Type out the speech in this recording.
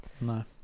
No